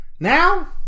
Now